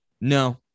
No